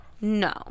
no